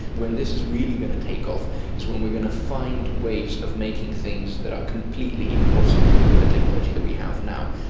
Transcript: when this is really going to take off is when we are going to find ways of making things that are completely impossible with the technology that we have now.